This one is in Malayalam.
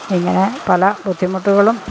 ഇങ്ങനെ പല ബുദ്ധിമുട്ടുകളും